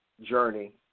Journey